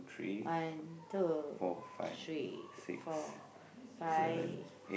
one two three four five